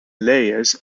layers